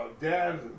Dad